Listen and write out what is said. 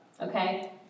okay